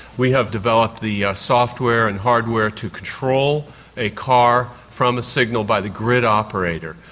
we have developed the software and hardware to control a car from a signal by the grid operator.